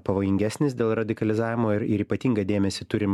pavojingesnis dėl radikalizavimo ir ir ypatingą dėmesį turim